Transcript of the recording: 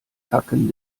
tacken